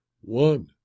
one